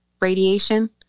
radiation